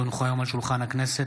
כי הונחו היום על שולחן הכנסת,